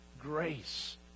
Grace